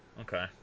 Okay